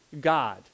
God